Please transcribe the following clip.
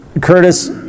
Curtis